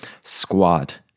squat